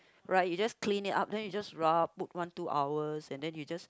right you just clean it up then you just rub put one two hours and then you just